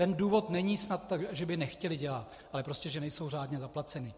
Ten důvod není snad, že by nechtěli dělat, ale prostě ten, že nejsou řádně zaplaceni.